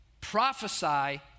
prophesy